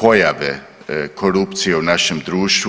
pojave korupcije u našem društvu.